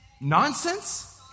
nonsense